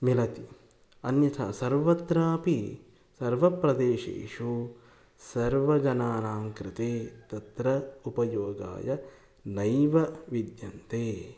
मिलति अन्यथा सर्वत्रापि सर्वप्रदेशेषु सर्वजनानां कृते तत्र उपयोगाय नैव विद्यन्ते